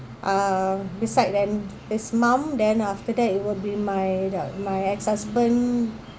uh beside then his mum then after that it will be my uh my ex husband